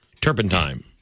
turpentine